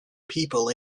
people